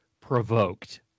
provoked